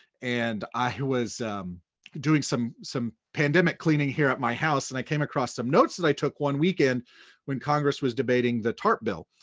and i was doing some some pandemic cleaning here at my house and i came across some notes that i took one weekend when congress was debating the tarp bill.